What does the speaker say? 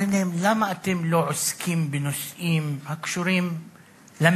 אומר להם: למה אתם לא עוסקים בנושאים הקשורים למגזר?